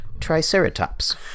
Triceratops